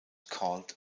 called